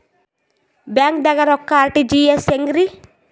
ಬ್ಯಾಂಕ್ದಾಗ ರೊಕ್ಕ ಆರ್.ಟಿ.ಜಿ.ಎಸ್ ಹೆಂಗ್ರಿ?